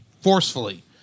forcefully